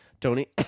Tony